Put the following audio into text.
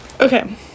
okay